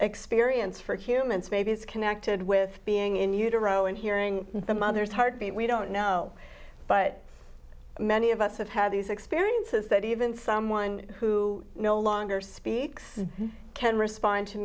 experience for humans maybe is connected with being in utero and hearing the mother's heartbeat we don't know but many of us have had these experiences that even someone who no longer speaks can respond to